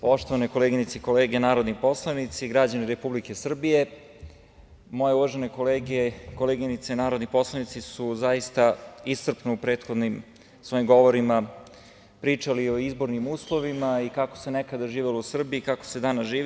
Poštovane koleginice i kolege narodni poslanici, građani Republike Srbije, moje uvažene kolege i koleginice narodni poslanici su zaista iscrpno u prethodnim svojim govorima pričali o izbornim uslovima i kako se nekada živelo u Srbiji, a kako se danas živi.